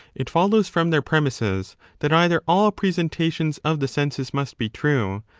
it follows from their premisses that either all pre sentations of the senses must be true,